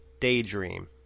daydream